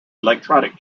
electronic